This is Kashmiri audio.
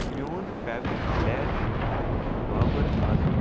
میون فیورِٹ پٕلیر چھُ بابر عظم